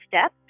step